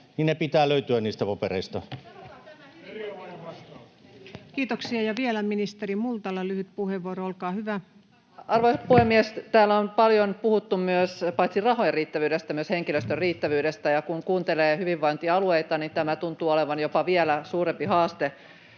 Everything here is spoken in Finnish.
Sanokaa tämä hyvinvointialueille!] Kiitoksia. — Vielä ministeri Multala, lyhyt puheenvuoro, olkaa hyvä. Arvoisa puhemies! Täällä on puhuttu paljon paitsi rahojen riittävyydestä myös henkilöstön riittävyydestä, ja kun kuuntelee hyvinvointialueita, niin se, miten me saamme henkilöstön